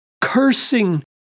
cursing